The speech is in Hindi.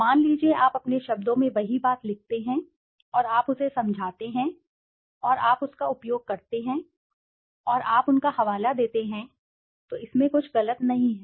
मान लीजिए आप अपने शब्दों में वही बात लिखते हैं और आप उसे समझाते हैं और आप उसका उपयोग करते हैं और आप उनका हवाला देते हैं तो इसमें कुछ गलत नहीं है